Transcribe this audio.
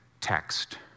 text